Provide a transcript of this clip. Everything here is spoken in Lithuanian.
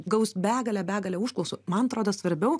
gaus begalę begalę užklausų man atrodo svarbiau